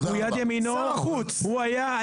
שר החוץ.